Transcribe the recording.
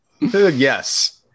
Yes